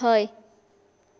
हय